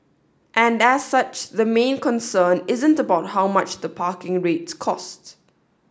and as such the main concern isn't about how much the parking rates cost